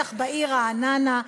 ובטח בעיר רעננה,